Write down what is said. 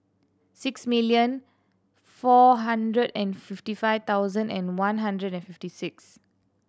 six million four hundred and fifteen five thousand and one hundred and fifty six